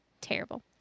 Terrible